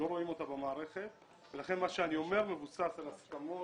לא רואים אותה במערכת ולכן מה שאני אומר מבוסס על הסכמות